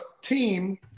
team